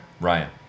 Ryan